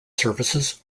services